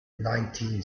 nineteen